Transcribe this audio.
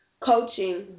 coaching